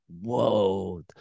whoa